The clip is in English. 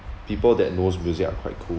people that knows music are quite cool